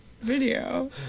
video